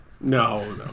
No